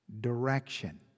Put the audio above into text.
direction